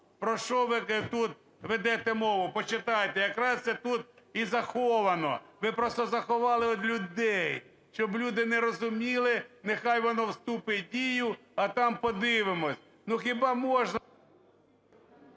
Про що ви тут ведете мову? Почитайте. Якраз це тут і заховано. Ви просто заховали від людей, щоб люди не розуміли, нехай воно вступить в дію, а там подивимося. Ну хіба можна…